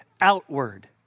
outward